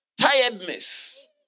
tiredness